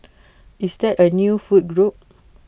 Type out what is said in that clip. is that A new food group